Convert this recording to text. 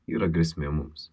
yra grėsmė mums